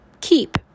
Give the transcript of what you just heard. keep